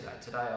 Today